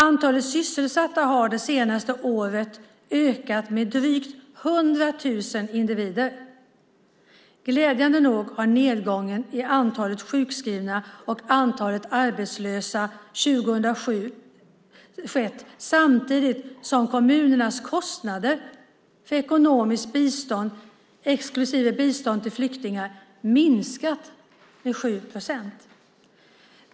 Antalet sysselsatta har det senaste året ökat med drygt 100 000 individer. Glädjande nog har nedgången i antalet sjukskrivna och antalet arbetslösa 2007 skett samtidigt som kommunernas kostnader för ekonomiskt bistånd exklusive bistånd till flyktingar har minskat med 7 procent.